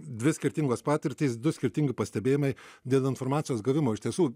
dvi skirtingos patirtys du skirtingi pastebėjimai dėl informacijos gavimo iš tiesų